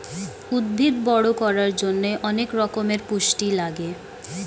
উদ্ভিদ বড় করার জন্যে অনেক রকমের পুষ্টি লাগে